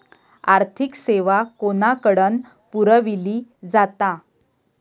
आर्थिक सेवा कोणाकडन पुरविली जाता?